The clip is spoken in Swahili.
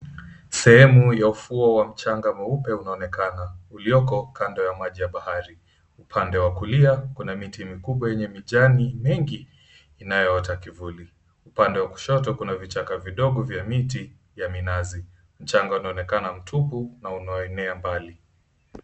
Sehemu ya ufuo wa mchanga mweupe unaonekana ulioko kando ya maji ya bahari upande wa kulia kuna miti mikubwa yenye mijani mengi inayoota kivuli upande wa kushoto kuna vichaka vidogo vya miti ya minazi. Mchanga unaonekana mtupu na unaoenea mbali.